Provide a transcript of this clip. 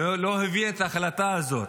שלא הבין את ההחלטה הזאת,